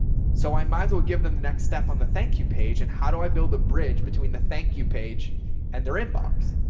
so i might as well give them the next step on the thank you page and how do i build a bridge between the thank you page and their inbox?